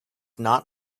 not